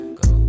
go